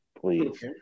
Please